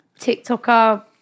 TikToker